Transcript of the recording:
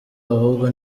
ahubwo